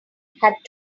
had